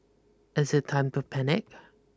is it time to panic